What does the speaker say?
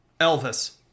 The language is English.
Elvis